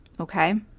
Okay